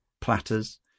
platters